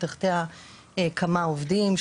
ותחתיה כמה עובדים,